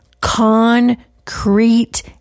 concrete